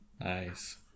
Nice